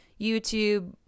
YouTube